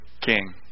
king